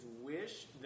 wish